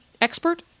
expert